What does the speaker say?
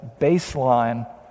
baseline